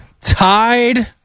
tied